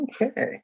Okay